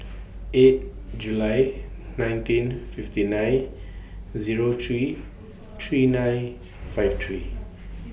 eight July nineteen fifty nine Zero three three nine five three